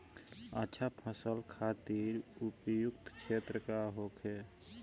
अच्छा फसल खातिर उपयुक्त क्षेत्र का होखे?